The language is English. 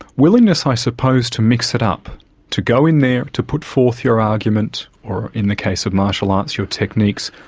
willingness i suppose to mix it up to go in there, to put forth your argument, or in the case of martial arts your techniques,